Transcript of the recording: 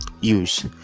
use